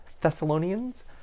Thessalonians